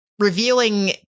Revealing